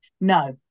No